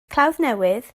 clawddnewydd